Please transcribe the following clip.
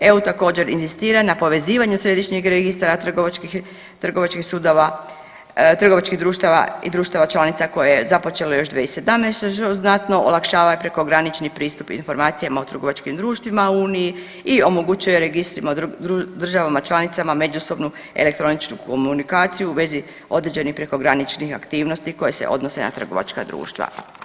EU također inzistira na povezivanju središnjeg registra trgovačkih sudova, trgovačkih društava i društava članica koje je započelo još 2017. što znatno olakšava i prekogranični pristup informacijama o trgovačkim društvima u Uniji i omogućuje registrima u državama članicama međusobnu elektroničku komunikaciju u vezi određenih prekograničnih aktivnosti koje se odnose na trgovačka društva.